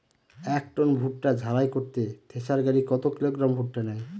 এক টন ভুট্টা ঝাড়াই করতে থেসার গাড়ী কত কিলোগ্রাম ভুট্টা নেয়?